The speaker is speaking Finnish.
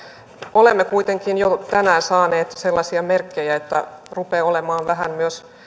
olemme kuitenkin jo tänään saaneet sellaisia merkkejä että rupeaa myös olemaan vähän